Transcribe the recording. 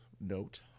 note